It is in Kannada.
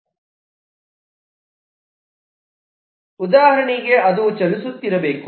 ಉದಾಹರಣೆಗೆ ಅದು ಚಲಿಸುತ್ತಿರಬೇಕು